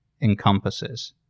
encompasses